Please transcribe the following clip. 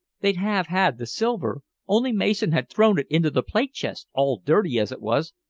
they'd have had the silver, only mason had thrown it into the plate-chest, all dirty as it was,